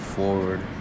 forward